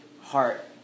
heart